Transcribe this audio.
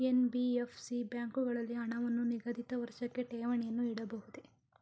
NBFC ಬ್ಯಾಂಕುಗಳಲ್ಲಿ ಹಣವನ್ನು ನಿಗದಿತ ವರ್ಷಕ್ಕೆ ಠೇವಣಿಯನ್ನು ಇಡಬಹುದೇ?